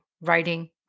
writing